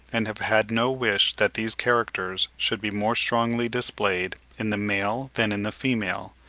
and have had no wish that these characters should be more strongly displayed in the male than in the female,